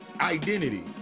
identity